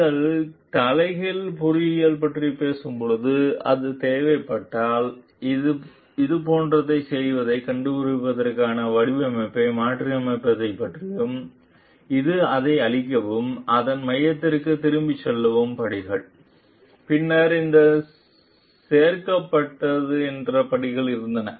நீங்கள் தலைகீழ் பொறியியல் பற்றி பேசும் போது அது தேவைப்பட்டால் இது போன்றதைச் செய்வதைக் கண்டுபிடிப்பதற்கான வடிவமைப்பை மாற்றியமைப்பதைப் பற்றியது இது அதை அழிக்கவும் அதன் மையத்திற்கு திரும்பிச் செல்லவும் படிகள் பின்னர் இந்த சேர்க்கப்பட்டது என்று படிகள் இருந்தன